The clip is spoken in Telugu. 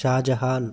షాజహాన్